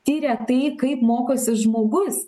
tiria tai kaip mokosi žmogus